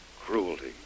Cruelty